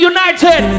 United